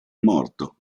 morto